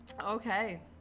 Okay